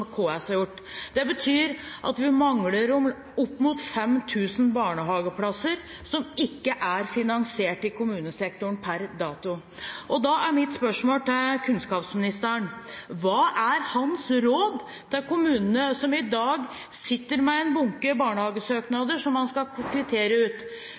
KS har gjort. Det betyr at vi mangler opp mot 5 000 barnehageplasser, som ikke er finansiert i kommunesektoren per dags dato. Da er mitt spørsmål til kunnskapsministeren: Hva er hans råd til kommunene som i dag sitter med en bunke barnehagesøknader som de skal kvittere ut?